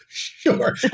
Sure